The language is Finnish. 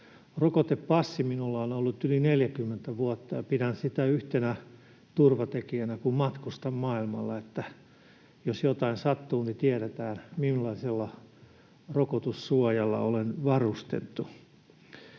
Rokotepassi minulla on ollut yli 40 vuotta, ja pidän sitä yhtenä turvatekijänä, kun matkustan maailmalla, että jos jotain sattuu, niin tiedetään, millaisella rokotussuojalla olen varustettu.